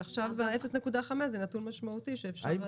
0.5 זה נתון משמעותי שאפשר להתייחס.